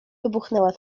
wybuchnęła